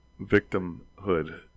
victimhood